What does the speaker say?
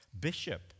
bishop